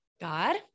God